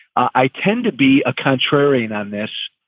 i tend to be a contrarian on this.